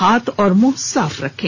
हाथ और मुंह साफ रखें